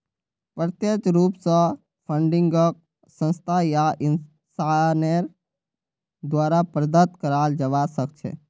प्रत्यक्ष रूप स फंडिंगक संस्था या इंसानेर द्वारे प्रदत्त कराल जबा सख छेक